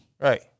Right